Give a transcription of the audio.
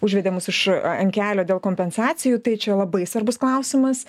užvedė mus iš ant kelio dėl kompensacijų tai čia labai svarbus klausimas